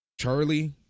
Charlie